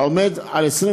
עומד על 21